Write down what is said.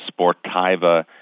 Sportiva